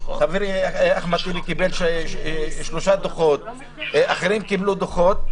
חברי אחמד טיבי קיבל שלושה דוחות וגם אחרים קיבלו דוחות.